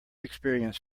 experience